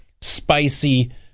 spicy